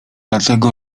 dlatego